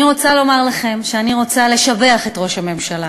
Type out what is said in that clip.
אני רוצה לומר לכם שאני רוצה לשבח את ראש הממשלה